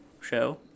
show